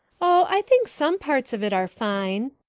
oh, i think some parts of it are fine,